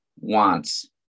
wants